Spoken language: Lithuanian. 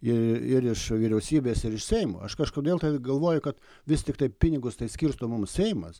ir ir iš vyriausybės ir iš seimo aš kažkodėl galvoju kad vis tiktai pinigus tai skirsto mums seimas